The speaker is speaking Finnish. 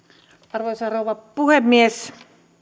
arvoisa rouva puhemies